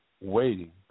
waiting